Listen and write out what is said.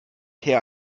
her